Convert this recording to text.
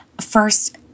First